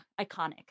iconic